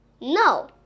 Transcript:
No